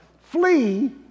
flee